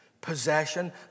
Possession